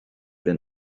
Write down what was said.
been